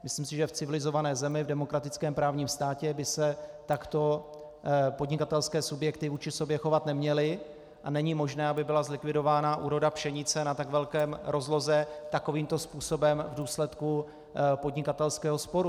Myslím si, že v civilizované zemi, v demokratickém právním státě by se takto podnikatelské subjekty vůči sobě chovat neměly a není možné, aby byla zlikvidována úroda pšenice na tak velké rozloze takovýmto způsobem v důsledku podnikatelského sporu.